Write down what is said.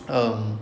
um